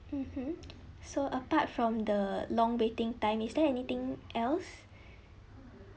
mmhmm so apart from the long waiting time is there anything else